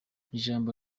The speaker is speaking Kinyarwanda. ijambo